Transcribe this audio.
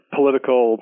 political